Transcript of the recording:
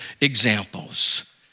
examples